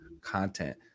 content